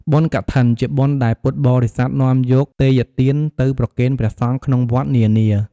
បុណ្យកឋិន ជាបុណ្យដែលពុទ្ធបរិស័ទនាំយកទេយ្យទានទៅប្រគេនព្រះសង្ឃក្នុងវត្តនានា។